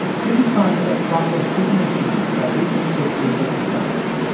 king finds that progress isn't achieved by reaching quickly for consensus.